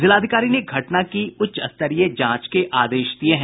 जिलाधिकारी ने घटना की उच्च स्तरीय जांच के आदेश दिये हैं